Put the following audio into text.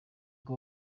bwo